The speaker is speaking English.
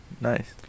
nice